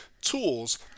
tools